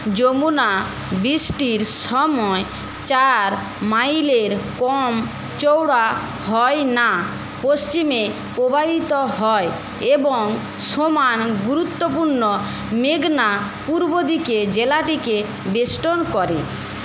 যমুনা বৃষ্টির সময় চার মাইলের কম চওড়া হয় না পশ্চিমে প্রবাহিত হয় এবং সমান গুরুত্বপূর্ণ মেঘনা পূর্ব দিকে জেলাটিকে বেষ্টন করে